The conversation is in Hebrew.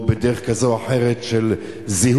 או בדרך כזאת או אחרת של זיהום,